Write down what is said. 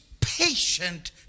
patient